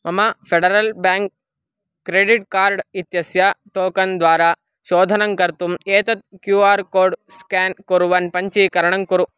मम Federal Bank credit card इत्यस्य token द्वारा शोधनं कर्तुम् एतत् क्यू आर् कोड् स्केन् कुर्वन् पञ्जीकरणं कुरु